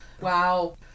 Wow